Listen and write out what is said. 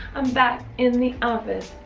i'm back in the office,